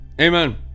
amen